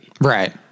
Right